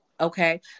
okay